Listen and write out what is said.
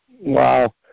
Wow